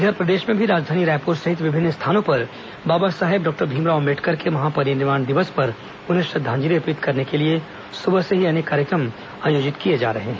इधर प्रदेश में भी राजधानी रायपूर सहित विभिन्न स्थानों पर बाबा साहेब डॉक्टर भीमराव अंबेडकर के महापरिनिर्वाण दिवस पर उन्हें श्रद्वांजलि अर्पित करने के लिए सुबह से ही अनेक कार्यक्रम आयोजित किए जा रहे हैं